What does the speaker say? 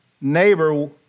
neighbor